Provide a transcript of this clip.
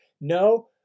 no